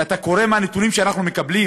ואתה קורא מהנתונים שאנחנו מקבלים